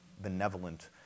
benevolent